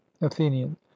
athenian